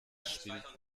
spielt